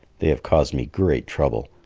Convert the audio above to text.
they have caused me great trouble.